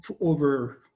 over